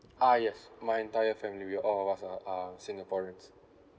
ah yes my entire family we are all was a um singaporeans